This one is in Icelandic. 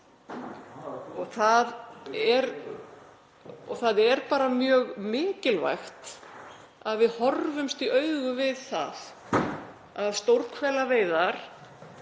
Það er bara mjög mikilvægt að við horfumst í augu við að stórhvelaveiðar